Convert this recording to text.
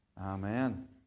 Amen